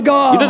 God